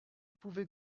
pouvait